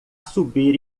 subir